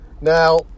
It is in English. Now